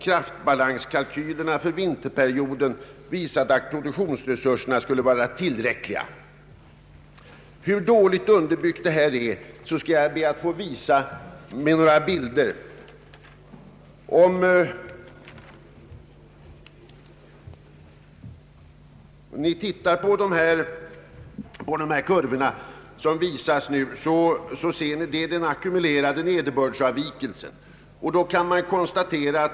Kraftbalanskalkylerna för vinterperioden visade att produktionsresurserna skulle vara tillräckliga.” Hur dåligt underbyggt detta är skall jag be att få visa med några diagram i kammarens interna TV-apparater. Det första diagrammet, som ledamöterna alltså nu ser i TV-apparaterna, visar ackumulerad nederbördsavvikelse från 1 juni 1967.